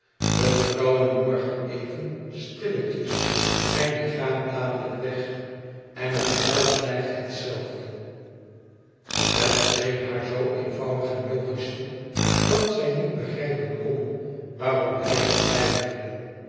we trouwen morgen even stilletjes en je gaat dadelijk weg en het geld blijft het zelfde het scheen haar zoo eenvoudig en logisch toe dat zij niet begrijpen kn waarom hij toch weigerde